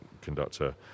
conductor